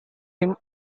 him